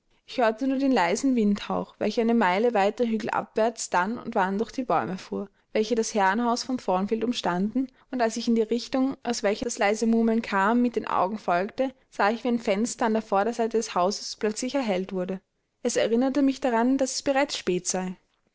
ich hörte nur den leisen windhauch welcher eine meile weiter hügelabwärts dann und wann durch die bäume fuhr welche das herrenhaus von thornfield umstanden und als ich der richtung aus welcher das leise murmeln kam mit den augen folgte sah ich wie ein fenster an der vorderseite des hauses plötzlich erhellt wurde es erinnerte mich daran daß es bereits spät sei